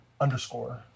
underscore